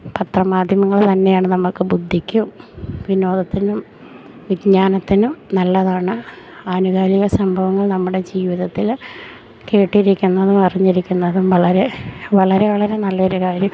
പത്രമാധ്യമങ്ങൾ തന്നെയാണ് നമുക്ക് ബുദ്ധിക്കും വിനോദത്തിനും വിജ്ഞാനത്തിനും നല്ലതാണ് ആനുകാലിക സംഭവങ്ങൾ നമ്മുടെ ജീവിതത്തിൽ കേട്ടിരിക്കുന്നതും അറിഞ്ഞിരിക്കുന്നതും വളരെ വളരെ വളരെ നല്ലൊരു കാര്യം